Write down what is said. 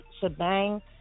shebang